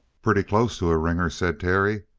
pretty close to a ringer, said terry.